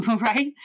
right